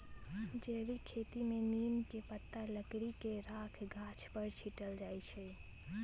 जैविक खेती में नीम के पत्ता, लकड़ी के राख गाछ पर छिट्ल जाइ छै